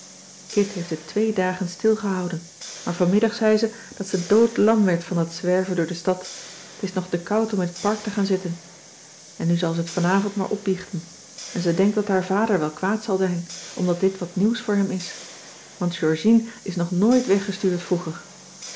kit heeft het twee dagen stilgehouden maar vanmiddag zei ze dat ze doodlam werd van dat zwerven door de stad t is nog te koud om in het park te gaan zitten en nu zal ze t vanavond maar opbiechten en ze denkt dat haar vader wel kwaad zal zijn omdat dit wat nieuws voor hem is want georgien is nog nooit weggestuurd vroeger